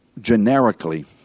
generically